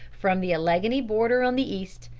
from the alleghany border on the east,